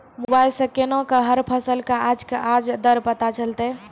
Mobile सऽ केना कऽ हर फसल कऽ आज के आज दर पता चलतै?